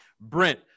Brent